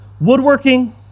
woodworking